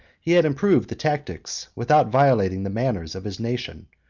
he had improved the tactics, without violating the manners, of his nation,